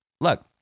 look